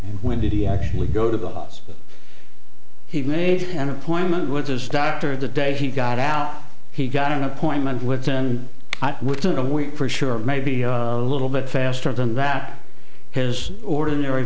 and when did he actually go to the hospital he made an appointment with his doctor the day he got out he got an appointment with then within a week for sure maybe a little bit faster than that his ordinary